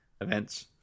events